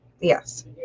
yes